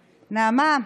נעמה,